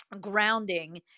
grounding